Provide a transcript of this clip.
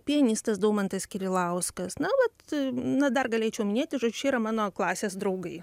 pianistas daumantas kirilauskas na vat na dar galėčiau minėti žodžiu čia yra mano klasės draugai